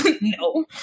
no